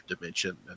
dimension